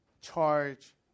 charge